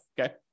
okay